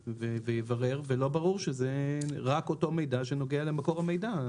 ויברר ולא ברור שזה רק אותו מידע שנוגע למקור המידע.